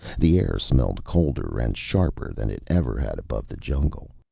the air smelled colder and sharper than it ever had above the jungle.